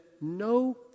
no